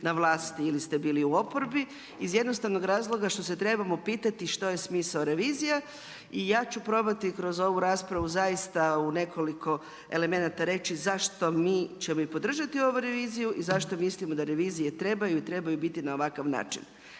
na vlasti ili ste bili u oporbi iz jednostavnog razloga što se trebamo pitati što je smisao revizije. I ja ću probati kroz ovu raspravu zaista u nekoliko elemenata reći zašto ćemo mi podržati ovu reviziju i zašto mislimo da revizije trebaju i trebaju biti na ovakav način.